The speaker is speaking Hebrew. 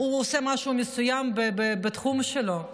הוא עושה משהו מסוים בתחום שלו,